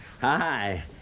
Hi